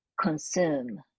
consume